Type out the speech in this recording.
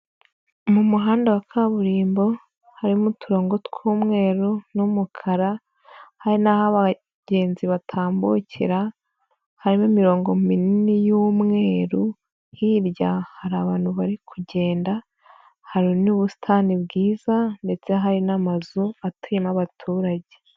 Mu muhanda wa kaburimbo, harimo uturongo tw'umweru n'umukara, hari n'aho abagenzi batambukera, harimo imirongo minini y'umweru, hirya hari abantu bari kugenda, hari n'ubusitani bwiza ndetse hari n'amazu atuyemo abaturage.